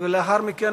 ו-7150.